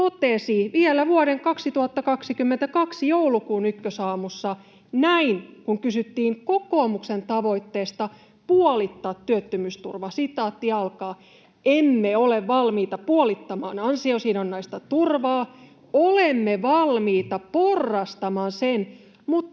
totesi vielä vuoden 2022 joulukuun Ykkösaamussa näin, kun kysyttiin kokoomuksen tavoitteesta puolittaa työttömyysturva: ”Emme ole valmiita puolittamaan ansiosidonnaista turvaa, olemme valmiita porrastamaan sen,